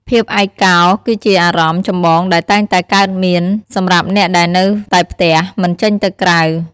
ភាពឯកកោគឺជាអារម្មណ៍ចម្បងដែលតែងតែកើតមាន សម្រាប់អ្នកដែលនៅតែផ្ទះ មិនចេញទៅក្រៅ។